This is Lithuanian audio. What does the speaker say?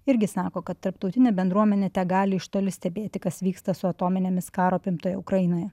irgi sako kad tarptautinė bendruomenė tegali iš toli stebėti kas vyksta su atominėmis karo apimtoje ukrainoje